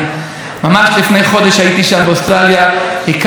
הקמנו קבוצת חברים נוצרים למען ישראל,